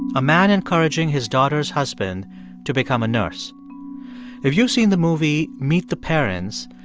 a man encouraging his daughter's husband to become a nurse if you've seen the movie meet the parents,